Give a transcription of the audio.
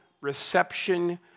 reception